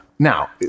Now